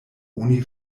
oni